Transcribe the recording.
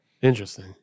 Interesting